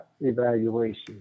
evaluation